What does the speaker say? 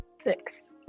six